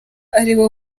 ariwe